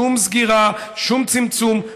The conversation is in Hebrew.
שום סגירה, שום צמצום.